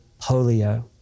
polio